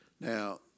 Now